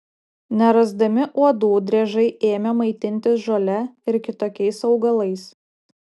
nerasdami uodų driežai ėmė maitintis žole ir kitokiais augalais